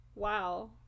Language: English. Wow